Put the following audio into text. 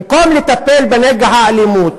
במקום לטפל בנגע האלימות,